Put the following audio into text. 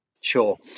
Sure